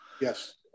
Yes